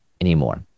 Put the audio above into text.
anymore